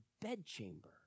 bedchamber